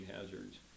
hazards